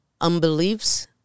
unbeliefs